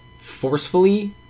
forcefully